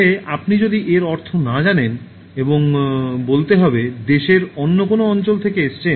তবে আপনি যদি এর অর্থ না জানেন এবং তবে বলতে হবে দেশের অন্য কোনও অঞ্চল থেকে এসেছেন